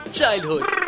Childhood